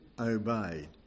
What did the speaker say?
obey